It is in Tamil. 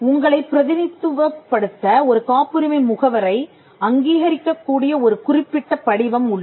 உங்களை பிரதிநிதித்துவப்படுத்த ஒரு காப்புரிமை முகவரை அங்கீகரிக்கக் கூடிய ஒரு குறிப்பிட்ட படிவம் உள்ளது